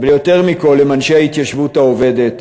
אבל יותר מכול, הם אנשי ההתיישבות העובדת,